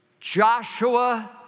Joshua